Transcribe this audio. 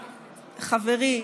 חברי,